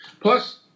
Plus